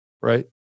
right